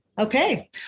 Okay